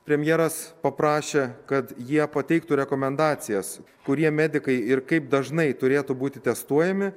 premjeras paprašė kad jie pateiktų rekomendacijas kurie medikai ir kaip dažnai turėtų būti testuojami